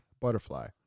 butterfly